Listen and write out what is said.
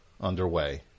underway